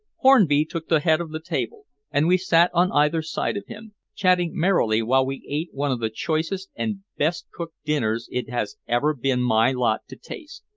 hornby took the head of the table, and we sat on either side of him, chatting merrily while we ate one of the choicest and best cooked dinners it has ever been my lot to taste.